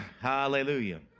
Hallelujah